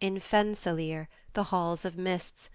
in fensalir, the halls of mists,